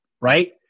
right